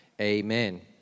amen